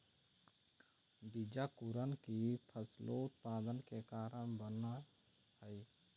बीजांकुरण ही फसलोत्पादन के कारण बनऽ हइ